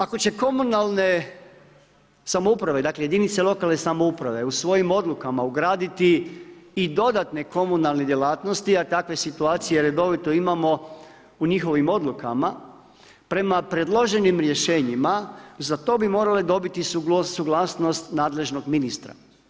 Ako će komunalne samouprave, dakle jedinica lokalne samouprave u svojim odlukama ugraditi i dodatne komunalne djelatnosti, a takve situacije redovito imamo u njihovim odlukama, prema predloženim za to bi morale dobiti suglasnost nadležnog ministra.